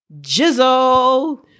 Jizzle